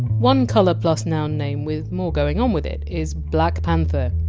one! colour plus noun! name with more going on with it is black panther.